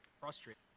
frustrated